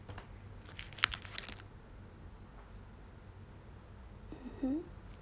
mmhmm